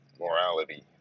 morality